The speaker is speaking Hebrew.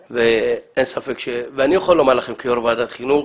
אני יכול לומר לכם כיו"ר ועדת חינוך,